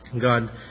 God